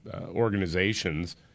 organizations